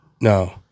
No